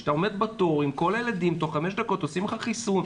שאתה עומד בתור עם כל הילדים ותוך חמש דקות עושים לך חיסון.